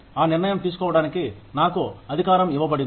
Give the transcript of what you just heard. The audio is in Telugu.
ఆ నిర్ణయం తీసుకోవడానికి నాకు అధికారం ఇవ్వబడింది